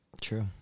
True